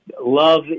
love